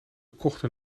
kochten